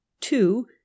Two